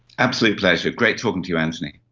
absolute pleasure, great talking to you antony.